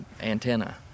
antenna